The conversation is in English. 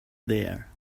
there